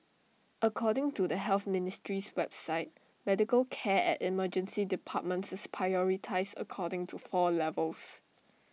according to the health ministry's website medical care at emergency departments is prioritised according to four levels